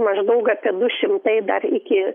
maždaug apie du šimtai dar iki